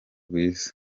rwiza